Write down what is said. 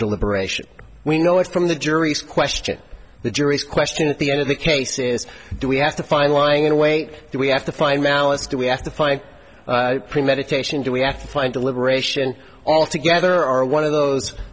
deliberation we know it's from the jury's question the jury's question at the end of the case is do we have to find lying in wait do we have to find malice do we have to find premeditation do we have to find deliberation all together are one of those